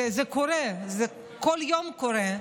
זה קורה, כל יום זה קורה,